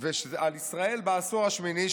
על ישראל בעשור השמיני,